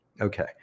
Okay